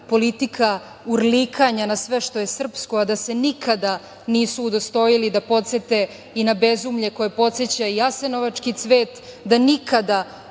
politika urlikanja na sve što je srpsko, a da se nikada nisu udostojili da podsete i na bezumlje koje podseća „Jasenovački cvet“, da nikada